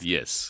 Yes